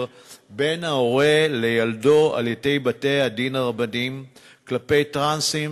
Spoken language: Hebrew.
בין ההורה לילדו על-ידי בתי-הדין הרבניים כלפי טרנסים